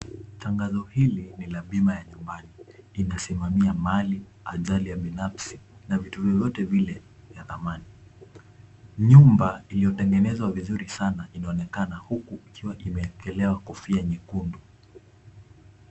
Tangazo hili ni ya Bima la Nyumbani. Linasimamia hali, ajali ya binafsi na vitu vyovyote vile vya thamani. Nyumba iliyotengenezwa vizuri sana inaonekana huku ikiwa imeekelewa kofia nyekundu.